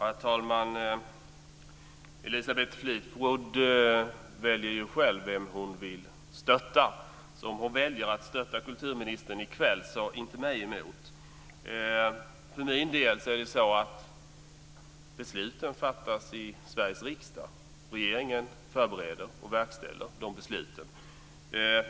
Herr talman! Elisabeth Fleetwood väljer ju själv vem hon vill stötta. Om hon väljer att stötta kulturministern i kväll så inte mig emot. För min del är det så att besluten fattas i Sveriges riksdag, och regeringen förbereder och verkställer de besluten.